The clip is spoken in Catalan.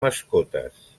mascotes